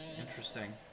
Interesting